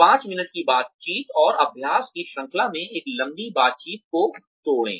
पांच मिनट की बातचीत और अभ्यास की श्रृंखला में एक लंबी बातचीत को तोड़ें